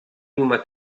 uma